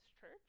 church